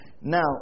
Now